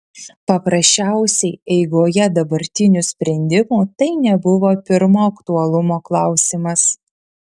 paprasčiausiai eigoje dabartinių sprendimų tai nebuvo pirmo aktualumo klausimas